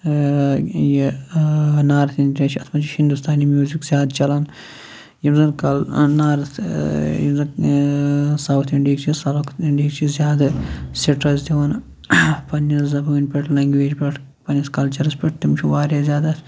یہِ north India چھُ اتھ مَنٛز چھُ ہِندوستانی میوزِک زیادٕ چَلان یِم زَن کَل نارٕتھ یِم زَن سَوُتھ اِنڑیِہٕکۍ چھِ سَوُتھ اِنڑیِہٕکۍ چھِ زیادٕ سٹرس دِوان پَننہِ زَبٲنۍ پٮ۪ٹھ لینٛگویج پٮ۪ٹھ پَننِس کَلچَرَس پٮ۪ٹھ تِم چھِ واریاہ زیادٕ اتھ